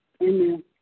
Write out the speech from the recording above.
Amen